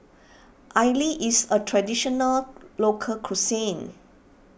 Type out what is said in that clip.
Idili is a Traditional Local Cuisine